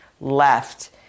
left